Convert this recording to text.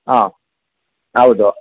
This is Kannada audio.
ಹಾಂ ಹೌದು